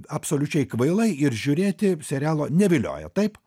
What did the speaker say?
absoliučiai kvailai ir žiūrėti serialo nevilioja taip